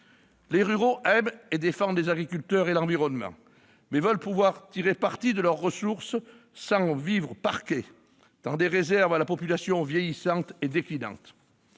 Les ruraux aiment et défendent les agriculteurs et l'environnement, mais ils veulent pouvoir tirer parti de leurs ressources sans vivre parqués dans des réserves à la population vieillissante et déclinante.